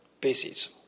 basis